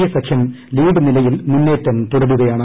A സഖ്യം lead നിലയിൽ മുന്നേറ്റം തുടരുകയാണ്